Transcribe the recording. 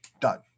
Done